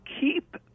keep